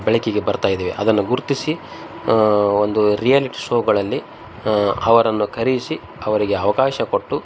ಬೆಳಕಿಗೆ ಬರ್ತಾ ಇದಾವೆ ಅದನ್ನು ಗುರುತಿಸಿ ಒಂದು ರಿಯಾಲಿಟಿ ಶೋಗಳಲ್ಲಿ ಅವರನ್ನು ಕರೆಸಿ ಅವರಿಗೆ ಅವಕಾಶ ಕೊಟ್ಟು